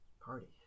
party